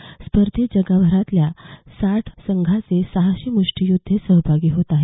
या स्पर्धेत जगभरातल्या साठ संघांचे सहाशे मुष्टीयोद्धे सहभागी होत आहेत